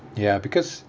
ya because